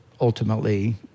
ultimately